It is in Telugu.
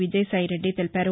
విజయసాయిరెడ్డి తెలిపారు